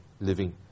living